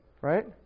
right